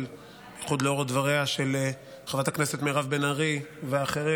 ובייחוד לאור דבריה של חברת הכנסת מירב בן ארי ואחרים,